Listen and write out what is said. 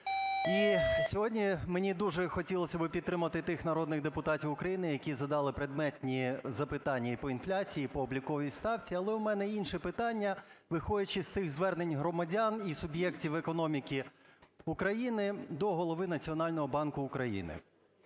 І сьогодні мені дуже хотілося би підтримати тих народних депутатів України, які задали предметні запитання і по інфляції, і по обліковій ставці. Але в мене інше питання, виходячи з цих звернень громадян і суб'єктів економіки України до Голови Національного банку України.